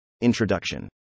Introduction